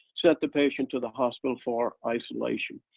sent the patient to the hospital for isolation.